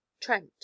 trent